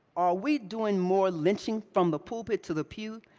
are we doing more lynching from the pulpit to the pew,